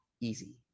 easy